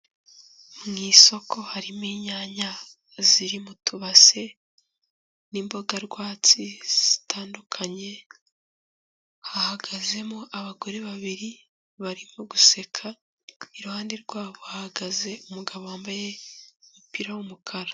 Mu isoko harimo inyanya ziri mu tubase n'imbogarwatsi zitandukanye hahagazemo abagore babiri barimo guseka iruhande rwabo bahagaze umugabo wambaye umupira w'umukara